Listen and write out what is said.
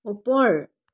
ওপৰ